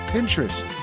Pinterest